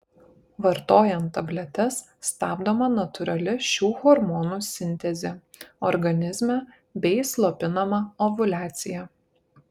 vartojant tabletes stabdoma natūrali šių hormonų sintezė organizme bei slopinama ovuliacija